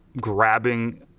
grabbing